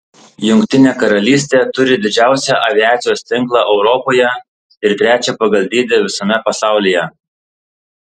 jungtinė karalystė turi didžiausią aviacijos tinklą europoje ir trečią pagal dydį visame pasaulyje